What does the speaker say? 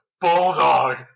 bulldog